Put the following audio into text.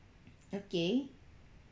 okay